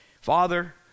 Father